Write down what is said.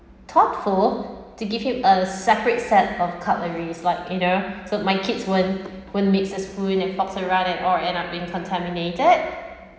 thoughtful to give him a separate set of cutleries like you know so my kids won't won't mix the food and forks around and all end up being contaminated